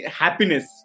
happiness